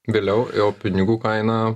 vėliau jau pinigų kaina